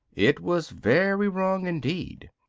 it was very wrong indeed.